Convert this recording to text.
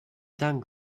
dank